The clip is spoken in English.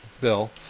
Bill